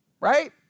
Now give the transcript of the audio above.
Right